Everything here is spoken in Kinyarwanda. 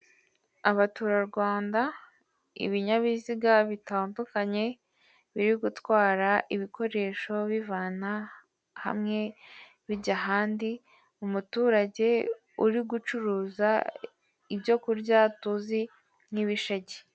Abaturarwanda ibinyabiziga bitandukanye biri gutwara ibikoresho bivana hamwe bijya ahandi, umuturage uri gucuruza ibyo kurya tuzi nk'ibisheke.